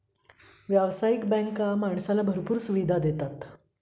व्यावसायिक बँका माणसाला भरपूर सुविधा देतात